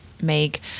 make